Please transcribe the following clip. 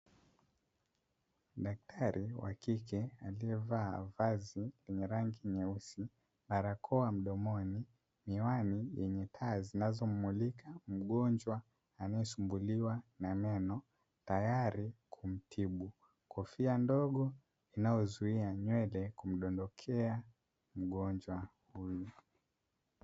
Daktari wa kike aliyevaa vazi lenye rangi nyeusi, barakoa mdomoni miwani zenye taa zinazommulika mgonjwa anayesumbuliwa na meno, tayari kumtibu kofia dogo inayozuia nywele kumdondokea mgojwa huyu.